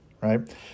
right